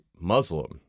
Muslim